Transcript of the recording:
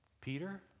Peter